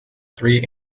three